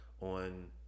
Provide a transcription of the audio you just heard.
on